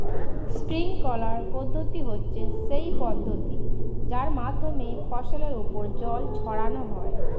sprinkler পদ্ধতি হচ্ছে সেই পদ্ধতি যার মাধ্যমে ফসলের ওপর জল ছড়ানো হয়